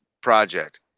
project